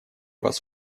вас